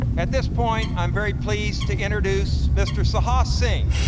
at this point, i'm very pleased to introduce mr. sahas singh,